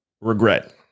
Regret